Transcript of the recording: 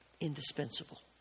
indispensable